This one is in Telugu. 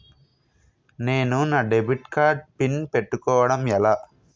నేను నా డెబిట్ కార్డ్ పిన్ పెట్టుకోవడం ఎలా?